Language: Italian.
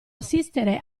assistere